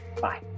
Bye